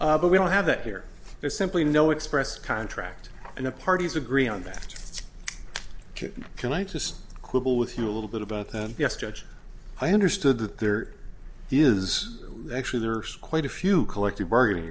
times but we don't have that here there's simply no express contract and the parties agree on that can i just quibble with you a little bit about that yes judge i understood that there is actually there are quite a few collective bargaining